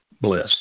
bliss